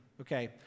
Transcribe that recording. okay